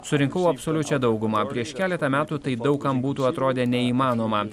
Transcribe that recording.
surinkau absoliučią daugumą prieš keletą metų tai daug kam būtų atrodę neįmanoma